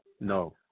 no